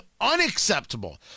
unacceptable